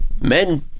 men